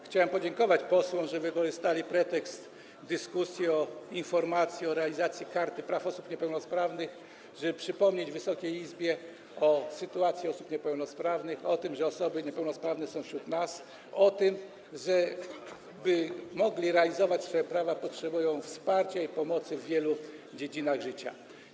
Chciałem podziękować posłom, że wykorzystali pretekst do dyskusji o informacji o realizacji Karty Praw Osób Niepełnosprawnych, żeby przypomnieć Wysokiej Izbie o sytuacji osób niepełnosprawnych, o tym, że osoby niepełnosprawne są wśród nas, o tym, że by mogły realizować swoje prawa, potrzebują wsparcia i pomocy w wielu dziedzinach życia.